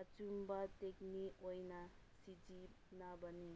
ꯑꯆꯨꯝꯕ ꯇꯦꯛꯅꯤꯛ ꯑꯣꯏꯅ ꯁꯤꯖꯤꯟꯅꯕꯅꯤ